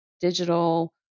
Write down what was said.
digital